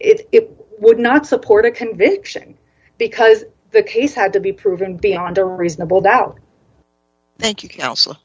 it would not support a conviction because the case had to be proven beyond a reasonable doubt thank you counsel